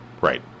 Right